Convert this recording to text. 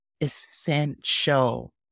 essential